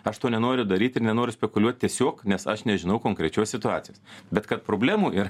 aš to nenoriu daryt ir nenoriu spekuliuot tiesiog nes aš nežinau konkrečios situacijos bet kad problemų ir